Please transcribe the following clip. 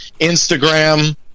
Instagram